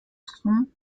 son